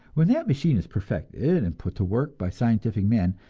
when that machine is perfected and put to work by scientific men,